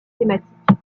thématiques